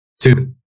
two